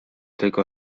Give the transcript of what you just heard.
tylko